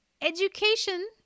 education